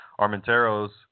Armentero's